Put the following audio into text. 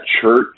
church